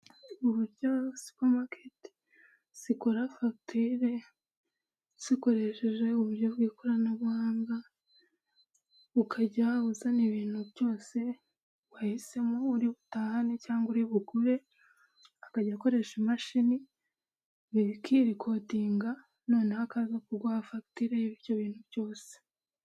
Uburyo supamaketi zikora fagitire zikoresheje uburyo bw'ikoranabuhanga, ukajya uzana ibintu byose wahisemo uributahane, cyangwa uribugure. Akajya akoresha imashini bikirikodinga, noneho akazakuguha fagitire y'ibyo bintu byose.